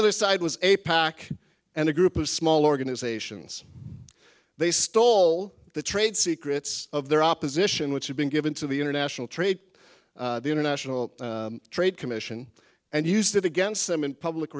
other side was a pac and a group of small organisations they stole the trade secrets of their opposition which had been given to the international trade the international trade commission and used it against them in public